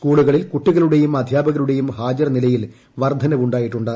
സ്കൂളുകളിൽ കുട്ടികളുടെയും അധ്യാപകരുടെയും ഹാജർ നിലയിൽ വർദ്ധനവ് ഉണ്ടായിട്ടുണ്ട്